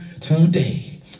today